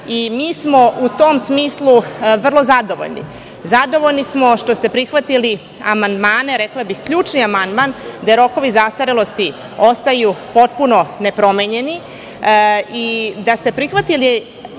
i mi smo u tom smislu vrlo zadovoljni. Zadovoljni smo što ste prihvatili amandmane, rekla bih ključni amandman, gde rokovi zastarelosti ostaju potpuno nepromenjeni. Prihvatili